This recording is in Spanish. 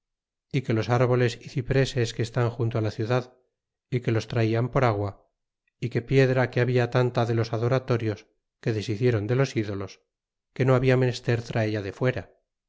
a que los arboles a cipreses que estan junto fi la ciudad é que los traian por agua é que piedra que habla tanta de los adoratorios que deshiciéron de los ídolos que no habla menester traella de fuera